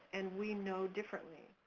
and we know differently,